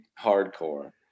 hardcore